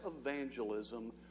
evangelism